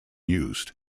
used